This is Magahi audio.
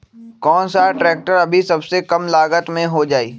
कौन सा ट्रैक्टर अभी सबसे कम लागत में हो जाइ?